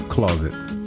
Closets